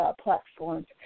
platforms